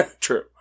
True